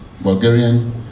Bulgarian